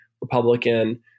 Republican